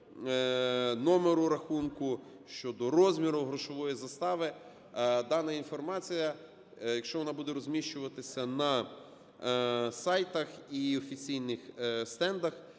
номеру рахунку, щодо розміру грошової застави, дана інформація, якщо вона буде розміщуватися на сайтах і офіційних стендах,